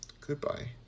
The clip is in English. Goodbye